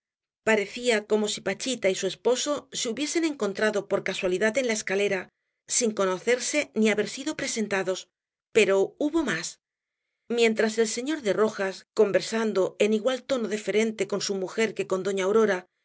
parecía como si pachita y su esposo se hubiesen encontrado por casualidad en la escalera sin conocerse ni haber sido presentados pero hubo más mientras el señor de rojas conversando en igual tono deferente con su mujer que con doña aurora